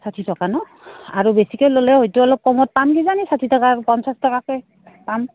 ষাঠি টকা ন আৰু বেছিকে ল'লে হয়তো অলপ কমত পাম কজানি ষাঠিটকা আৰু পঞ্চাছ টকাকে পাম